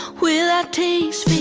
will i taste